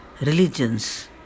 religions